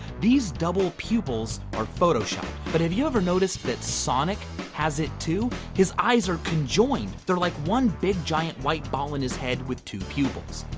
these double pupils are photoshopped, but have you ever noticed that sonic has it too? his eyes are conjoined! they're like one big, giant, white ball in his head, with two pupils.